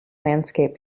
landscape